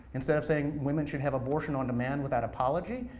instead of saying women should have abortion on demand without apology,